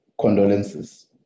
condolences